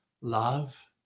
love